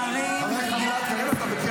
הזכירה אותי.